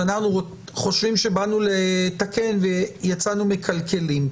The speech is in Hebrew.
שאנחנו חושבים שבאנו לתקן ויצאנו מקלקלים.